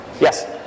Yes